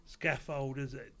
scaffolders